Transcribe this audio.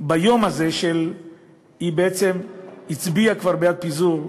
בעצם הצביעה כבר בעד פיזור,